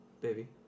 Baby